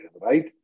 right